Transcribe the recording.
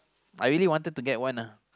I really wanted to get one ah